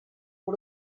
for